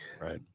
Right